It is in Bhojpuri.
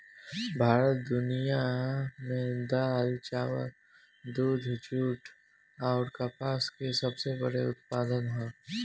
भारत दुनिया में दाल चावल दूध जूट आउर कपास के सबसे बड़ उत्पादक ह